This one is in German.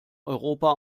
europa